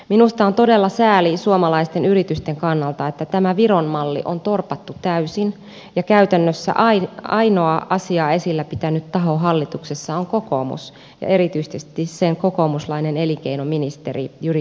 minusta on todella sääli suomalaisten yritysten kannalta että tämä viron malli on torpattu täysin ja käytännössä ainoa asiaa esillä pitänyt taho hallituksessa on kokoomus ja erityisesti sen kokoomuslainen elinkeinoministeri jyri häkämies